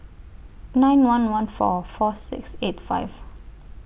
nine one one four four six eight five